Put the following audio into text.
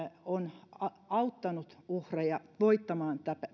on auttanut uhreja voittamaan